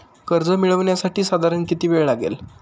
कर्ज मिळविण्यासाठी साधारण किती वेळ लागेल?